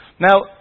Now